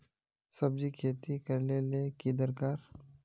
सब्जी खेती करले ले की दरकार?